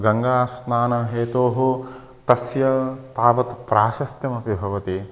गङ्गास्नानस्य हेतोः तस्य तावत् प्राशस्त्यमपि भवति